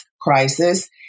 crisis